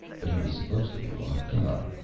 but he was supposed to be locked up.